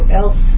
else